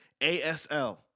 ASL